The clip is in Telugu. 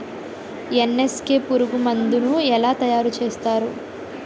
ఎన్.ఎస్.కె పురుగు మందు ను ఎలా తయారు చేస్తారు?